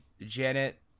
Janet